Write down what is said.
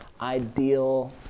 ideal